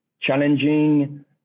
challenging